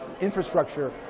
infrastructure